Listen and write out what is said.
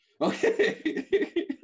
okay